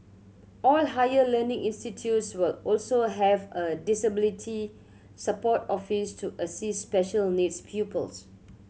all higher learning institutes will also have a disability support office to assist special needs pupils